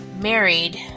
married